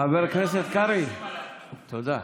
קרעי, תודה.